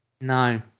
No